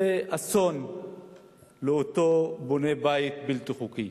זה אסון לאותו בונה בית בלתי חוקי.